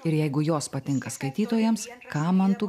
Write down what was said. ir jeigu jos patinka skaitytojams kam man tų